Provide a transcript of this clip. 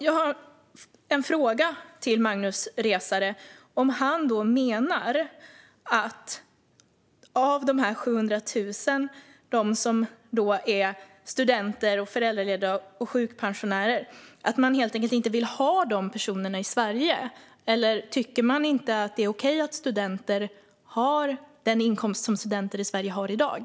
Jag har en fråga till Magnus Resare om de studenter, föräldralediga och sjukpensionärer som finns bland de 700 000: Menar han att man helt enkelt inte vill ha dessa personer i Sverige? Tycker man inte att det är okej att studenter har den inkomst som studenter i Sverige har i dag?